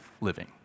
living